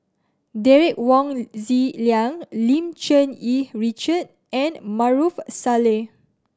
Derek Wong Zi Liang Lim Cherng Yih Richard and Maarof Salleh